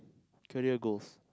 career goals